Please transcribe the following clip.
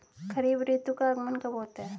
खरीफ ऋतु का आगमन कब होता है?